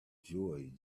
joy